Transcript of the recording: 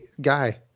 guy